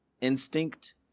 instinct